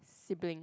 sibling